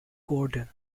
gordon